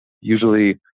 usually